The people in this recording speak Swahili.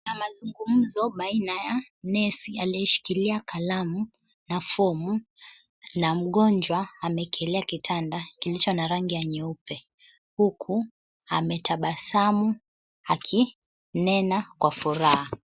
Kuna mazungumzo baina ya nesi ,aliyeshikilia kalamu na fomu na mngonjwa amekalia kitanda kilicho na rangi nyeupe huku akinena Kwa furaha